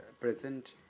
present